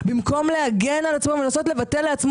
במקום להגן על עצמו ולנסות לבטל לעצמו